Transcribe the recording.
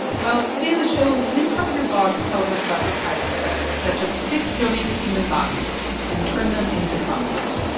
well, today on the show, lynne carpenter-boggs tells us about her pilot study that took six donated human bodies and turned them into compost